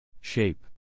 Shape